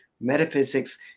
metaphysics